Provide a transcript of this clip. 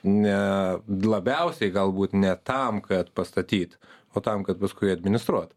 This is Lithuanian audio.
ne labiausiai galbūt ne tam kad pastatyt o tam kad paskui administruot